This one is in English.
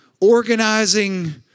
organizing